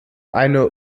eine